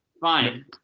Fine